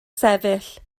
sefyll